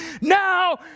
Now